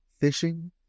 Fishing